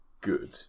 good